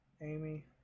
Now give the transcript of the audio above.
Amy